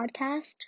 podcast